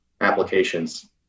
applications